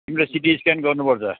तिम्रो CT scan गर्नुपर्छ